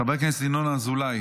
חבר הכנסת ינון אזולאי,